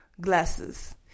glasses